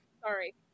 sorry